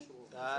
בעד,